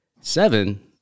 seven